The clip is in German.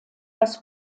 das